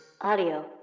Audio